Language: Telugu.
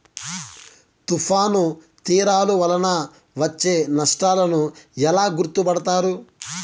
తుఫాను తీరాలు వలన వచ్చే నష్టాలను ఎలా గుర్తుపడతారు?